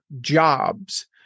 jobs